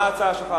כצל'ה,